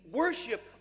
worship